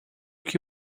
que